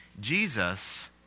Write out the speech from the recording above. Jesus